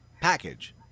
package